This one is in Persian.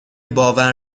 باور